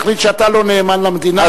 יחליט שאתה לא נאמן למדינה?